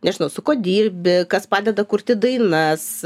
nežinau su kuo dirbi kas padeda kurti dainas